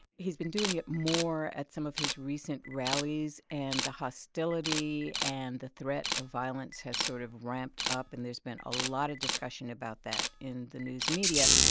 he's been doing it more at some of his recent rallies, and the hostility and the threat of violence has sort of ramped up. and there's been a lot of discussion about that in the news media.